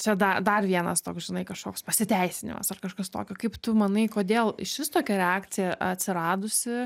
čia dar dar vienas toks žinai kažkoks pasiteisinimas ar kažkas tokio kaip tu manai kodėl išvis tokia reakcija atsiradusi